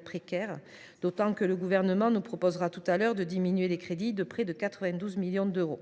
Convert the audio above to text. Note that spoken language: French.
précaires, d’autant que le Gouvernement nous proposera tout à l’heure de diminuer les crédits de la mission de près de 92 millions d’euros…